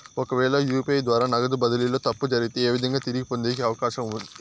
ఒకవేల యు.పి.ఐ ద్వారా నగదు బదిలీలో తప్పు జరిగితే, ఏ విధంగా తిరిగి పొందేకి అవకాశం ఉంది?